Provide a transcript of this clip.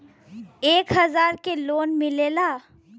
एक हजार के लोन मिलेला?